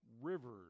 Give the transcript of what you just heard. rivers